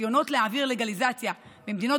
ניסיונות להעביר לגליזציה במדינות